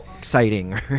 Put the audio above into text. Exciting